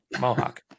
mohawk